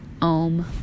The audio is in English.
om